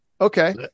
okay